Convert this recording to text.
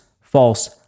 false